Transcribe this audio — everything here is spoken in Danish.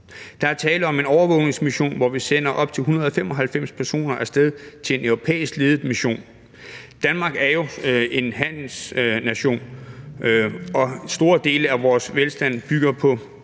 Der er tale om en overvågningsmission, hvor vi sender op til 195 personer af sted til en europæisk ledet mission. Danmark er jo en handelsnation, og store dele af vores velstand bygger på